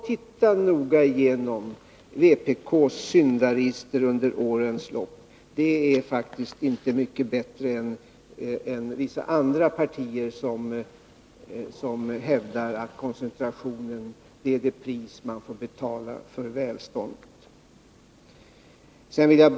Titta noga igenom vpk:s syndaregister under årens lopp! Det är faktiskt inte mycket bättre än vissa andra partiers — partier som hävdar att koncentration är det pris man får betala för välstånd.